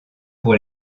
pour